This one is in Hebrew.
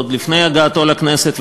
עוד לפני הגעתו לכנסת,